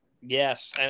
Yes